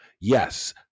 Yes